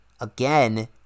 again